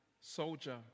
soldier